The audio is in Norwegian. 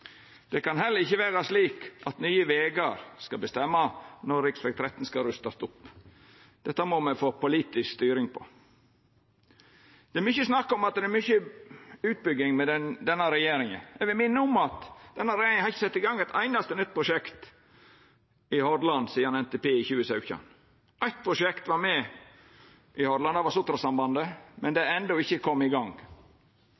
kan heller ikkje vera slik at Nye Vegar skal bestemma når rv. 13 skal rustast opp. Dette må me få politisk styring på. Det er mykje snakk om at det er mykje utbygging med denne regjeringa. Eg vil minna om at denne regjeringa ikkje har sett i gang eit einaste nytt prosjekt i Hordaland sidan NTP i 2017. Eitt prosjekt var då med i Hordaland – det var Sotrasambandet, men det